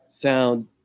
found